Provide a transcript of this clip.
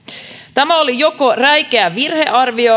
tämä oli joko räikeä virhearvio